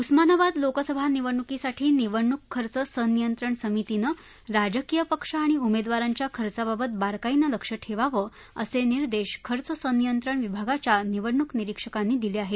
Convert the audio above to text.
उस्मानाबाद लोकसभा निवडणुकीसाठी निवडणूक खर्च संनियंत्रण समितीनं राजकीय पक्ष आणि उमेदवारांच्या खर्चाबाबत बारकाईनं लक्ष ठेवावं असे निर्देश खर्च सनियंत्रण विभागाच्या निवडणूक निरीक्षकांनी दिले आहेत